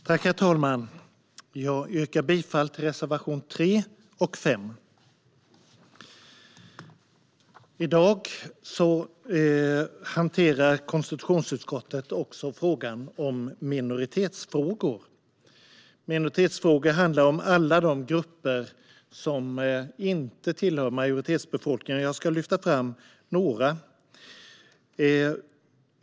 Herr talman! Jag yrkar bifall till reservationerna 3 och 5. I dag hanterar konstitutionsutskottet även minoritetsfrågor. Det handlar om alla de grupper som inte tillhör majoritetsbefolkningen. Jag ska lyfta fram några.